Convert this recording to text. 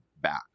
back